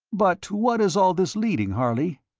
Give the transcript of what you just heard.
but to what is all this leading, harley?